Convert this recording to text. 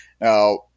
Now